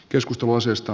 keskusta moisesta